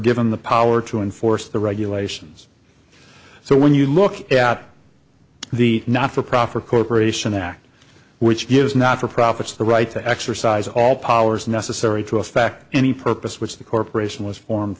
given the power to enforce the regulations so when you look at the not for profit corporation act which gives not for profits the right to exercise all powers necessary to effect any purpose which the corporation was formed